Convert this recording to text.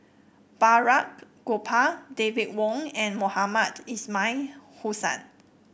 Balraj Gopal David Wong and Mohamed Ismail Hussain